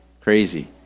crazy